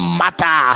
matter